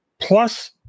plus